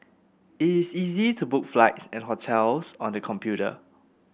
it is easy to book flights and hotels on the computer